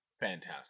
fantastic